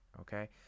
okay